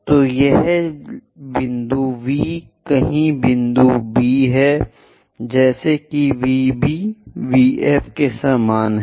तो यह बिंदु V कहीं बिंदु B है जैसे कि V B V F के समान है